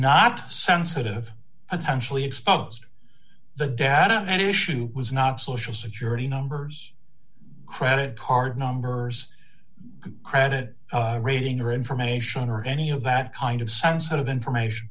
exposed the data of an issue was not social security numbers credit card numbers credit rating or information or any of that kind of sensitive information